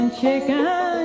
chicken